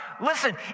listen